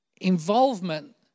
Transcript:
involvement